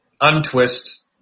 untwist